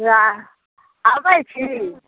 आबै छी